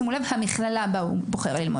שימו לב: המכללה בה הוא בוחר ללמוד,